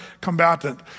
combatant